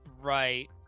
Right